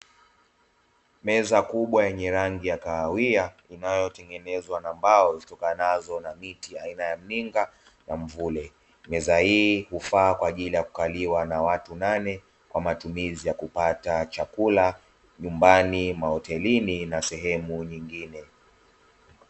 Meza kubwa yenye rangi ya kahawia inayotengenezwa na mbao zitokanazo na miti aina ya mninga na mvule. Meza hii hufaa kwaajili ya kukaliwa na watu nane kwa matumizi ya kupata chakula nyumbani, mahotelini na sehemu nyingine.